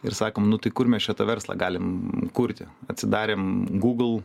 ir sakom nu tai kur mes čia tą verslą galim kurti atsidarėm gūgl